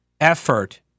effort